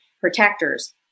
protectors